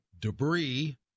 debris